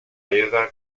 ayuda